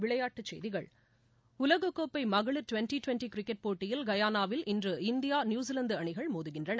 விளையாட்டுச் செய்கிகள் உலக கோப்பை மகளிர் டுவெண்டி டுவெண்டி கிரிக்கெட் போட்டியில் கயானாவில் இன்று இந்தியா நியூஸிலாந்து அணிகள் மோதுகின்றன